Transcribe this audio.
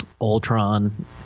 Ultron